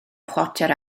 chwarter